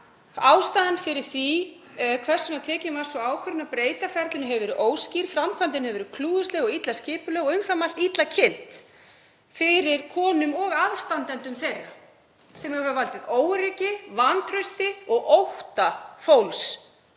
Ástæðan fyrir því að tekin var sú ákvörðun að breyta ferlinu hefur verið óskýr. Framkvæmdin hefur verið klúðursleg og illa skipulögð og umfram allt illa kynnt fyrir konum og aðstandendum þeirra, sem hefur valdið óöryggi, vantrausti og ótta fólks